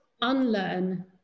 unlearn